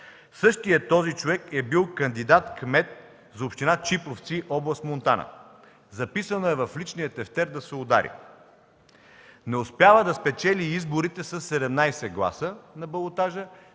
Същият този човек е бил кандидат за кмет на община Чипровци, област Монтана. Записано е в личния тефтер „да се удари” – не успява да спечели изборите със 17 гласа на балотажа,